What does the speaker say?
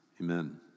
Amen